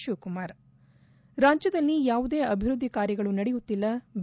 ಶಿವಕುಮಾರ್ ರಾಜ್ಯದಲ್ಲಿ ಯಾವುದೇ ಅಭಿವೃದ್ದಿ ಕಾರ್ಯಗಳು ನಡೆಯುತ್ತಿಲ್ಲ ಬಿ